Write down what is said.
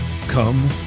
Come